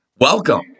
Welcome